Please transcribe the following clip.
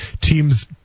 Teams